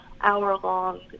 hour-long